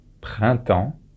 printemps